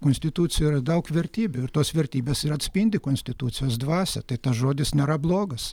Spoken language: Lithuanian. konstitucijoj yra daug vertybių ir tos vertybės ir atspindi konstitucijos dvasią tai tas žodis nėra blogas